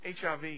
HIV